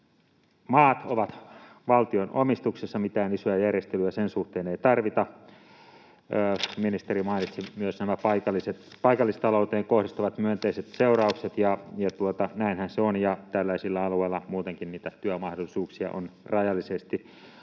Maat ovat valtion omistuksessa. Mitään isoja järjestelyjä sen suhteen ei tarvita. Ministeri mainitsi myös nämä paikallistalouteen kohdistuvat myönteiset seuraukset. Näinhän se on, ja tällaisilla alueilla muutenkin niitä työmahdollisuuksia on rajallisesti.